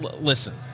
listen